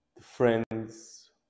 friends